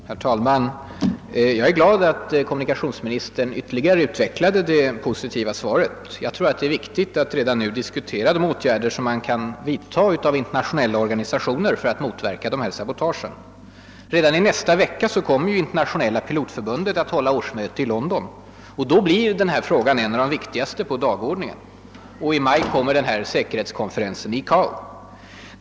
Herr talman! Jag är glad över att kommunikationsministern har utvecklat det positiva svaret på min fråga. Jag tror att det är viktigt att redan nu diskutera de åtgärder som kan vidtas av internationella organisationer för att motverka de här sabotagen. Redan i nästa vecka kommer ju Internationella pilotförbundet att hålla årsmöte i London, och då kommer denna fråga att bli en av de viktigaste på dagordningen. I maj kommer vidare ICAO:s säkerhetskonferens att hållas.